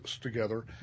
together